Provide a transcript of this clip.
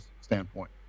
standpoint